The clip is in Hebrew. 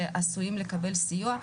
שעשויים לקבל סיוע.